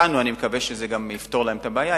ואני מקווה שזה גם יפתור להם את הבעיה.